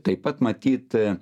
taip pat matyt